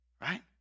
right